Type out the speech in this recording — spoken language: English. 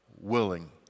Willing